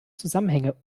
zusammenhänge